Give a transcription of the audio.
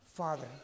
Father